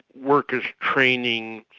workers' training,